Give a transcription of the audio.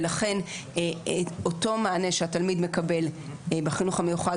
ולכן אותו מענה שהתלמיד מקבל בחינוך המיוחד,